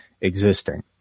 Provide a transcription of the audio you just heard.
existing